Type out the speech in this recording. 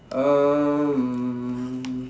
um